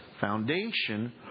foundation